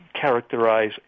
characterize